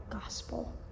gospel